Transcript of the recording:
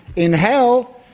in hell,